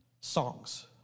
songs